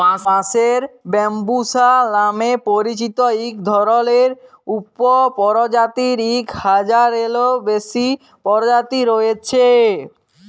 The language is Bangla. বাঁশের ব্যম্বুসা লামে পরিচিত ইক ধরলের উপপরজাতির ইক হাজারলেরও বেশি পরজাতি রঁয়েছে